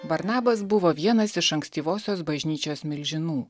barnabas buvo vienas iš ankstyvosios bažnyčios milžinų